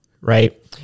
right